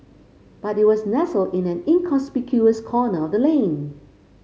but it was nestled in an inconspicuous corner of the lane